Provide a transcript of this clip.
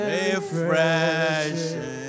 refreshing